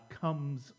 comes